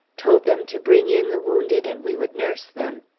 told them to bring in the wounded and we would nurse them.